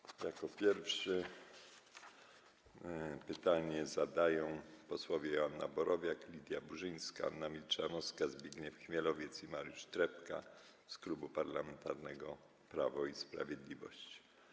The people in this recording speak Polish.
Jako pierwsi pytanie zadają posłowie Joanna Borowiak, Lidia Burzyńska, Anna Milczanowska, Zbigniew Chmielowiec i Mariusz Trepka z Klubu Parlamentarnego Prawo i Sprawiedliwość.